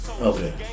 Okay